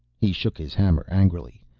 he shook his hammer angrily.